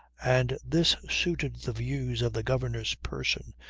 and this suited the views of the governess person,